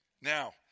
Now